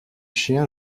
chiens